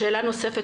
שאלה נוספת,